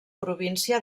província